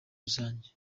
rusange